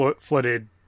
flooded